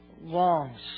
longs